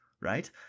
Right